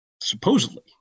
Supposedly